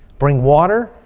bring water,